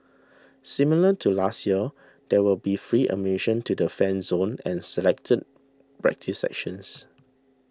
similar to last year there will be free admission to the Fan Zone and selected practice sessions